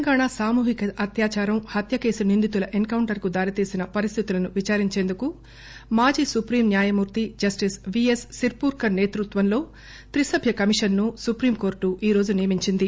తెలంగాణా సామూహిక అత్యాచారం హత్య కేసు నిందితుల ఎస్ కౌంటర్ కు దారితీసిన పరిస్లితులను విచారించేందుకు మాజీ సుప్రీం న్యాయమూర్తి జస్టీస్ విఎస్ సిర్పూర్కర్ సేతృత్వంలో త్రి సభ్య కమిషన్ ను సుప్రీంకోర్టు నియమించింది